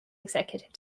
executive